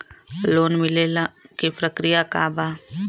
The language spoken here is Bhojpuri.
लोन मिलेला के प्रक्रिया का बा?